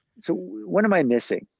so what am i missing?